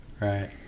Right